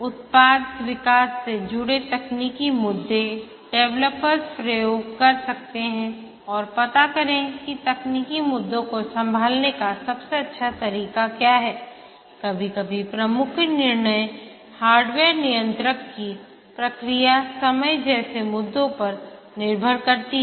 उत्पाद विकास से जुड़े तकनीकी मुद्दे डेवलपर्स प्रयोग कर सकते हैं और पता करें कि तकनीकी मुद्दों को संभालने का सबसे अच्छा तरीका क्या है कभी कभी प्रमुख निर्णय हार्डवेयर नियंत्रक की प्रतिक्रिया समय जैसे मुद्दों पर निर्भर करते हैं